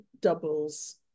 doubles